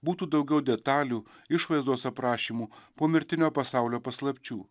būtų daugiau detalių išvaizdos aprašymų pomirtinio pasaulio paslapčių